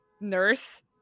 nurse